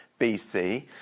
BC